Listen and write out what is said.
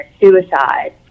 suicide